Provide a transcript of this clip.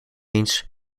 means